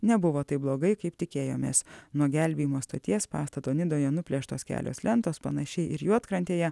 nebuvo taip blogai kaip tikėjomės nuo gelbėjimo stoties pastato nidoje nuplėštos kelios lentos panašiai ir juodkrantėje